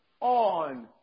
on